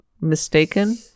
mistaken